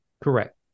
Correct